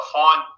find